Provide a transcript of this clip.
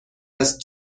است